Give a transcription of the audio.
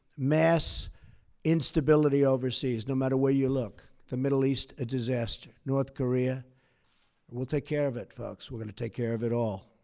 mass instability overseas, no matter where you look. the middle east, a disaster. north korea we'll take care of it, folks. we're going to take care of it all.